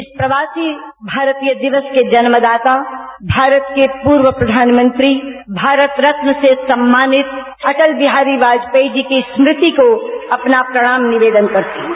इस प्रवासी भारतीय दिक्स के जन्मदाता भारत के पूर्व प्रधानमंत्री भारत रत्न से सम्मानित अटल बिहारी वाजपेयी जी की स्मृति को अपना प्रणाम निवेदन करती हूं